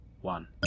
one